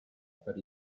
per